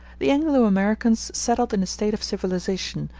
the anglo-americans settled in a state of civilization,